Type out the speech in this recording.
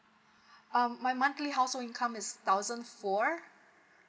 um my monthly household income is thousand four